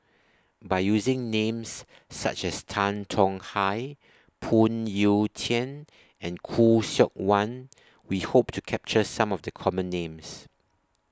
By using Names such as Tan Tong Hye Phoon Yew Tien and Khoo Seok Wan We Hope to capture Some of The Common Names